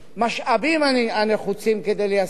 כי הרי בסך הכול היינו במבנה מאוד מורכב,